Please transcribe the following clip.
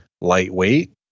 lightweight